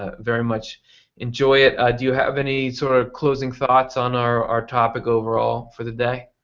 ah very much enjoy it. ah do you have any sort of closing thoughts on our topic overall for the day.